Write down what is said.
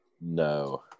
no